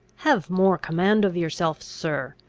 have more command of yourself, sir!